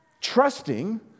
trusting